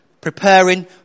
Preparing